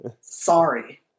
Sorry